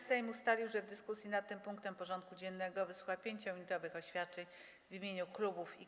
Sejm ustalił, że w dyskusji nad tym punktem porządku dziennego wysłucha 5-minutowych oświadczeń w imieniu klubów i koła.